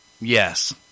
Yes